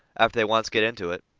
after they once get into it,